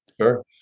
sure